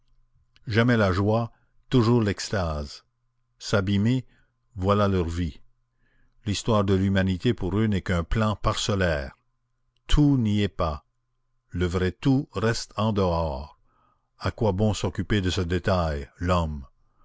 jamais la joie toujours l'extase s'abîmer voilà leur vie l'histoire de l'humanité pour eux n'est qu'un plan parcellaire tout n'y est pas le vrai tout reste en dehors à quoi bon s'occuper de ce détail l'homme